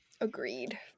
Agreed